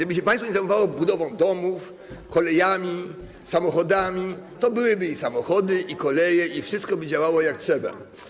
Gdyby państwo nie zajmowało się budową domów, kolejami, samochodami, to byłyby i samochody, i koleje, wszystko by działało jak trzeba.